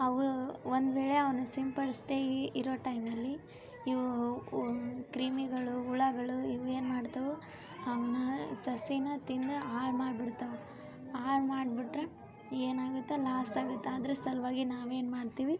ಅವು ಒಂದುವೇಳೆ ಅವನ್ನ ಸಿಂಪಡಿಸದೇ ಇರೋ ಟೈಮ್ನಲ್ಲಿ ಇವು ಕ್ರಿಮಿಗಳು ಹುಳಗಳು ಇವು ಏನು ಮಾಡ್ತಾವು ಅವನ್ನ ಸಸಿನ ತಿಂದು ಹಾಳ್ ಮಾಡ್ಬಿಡ್ತಾವು ಹಾಳ್ ಮಾಡ್ಬಿಟ್ರೆ ಏನಾಗುತ್ತೆ ಲಾಸಾಗುತ್ತೆ ಅದ್ರ ಸಲುವಾಗಿ ನಾವೇನು ಮಾಡ್ತೀವಿ